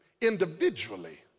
individually